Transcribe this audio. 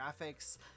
graphics